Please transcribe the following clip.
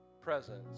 presence